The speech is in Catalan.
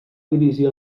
dirigir